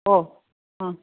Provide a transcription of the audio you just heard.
ஓ ம்